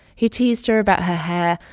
he teased her about her hair,